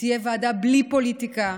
שתהיה ועדה בלי פוליטיקה,